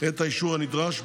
את האישור הנדרש,